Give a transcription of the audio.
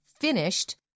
finished